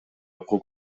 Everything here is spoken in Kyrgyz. окуу